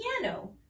piano